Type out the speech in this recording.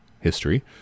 history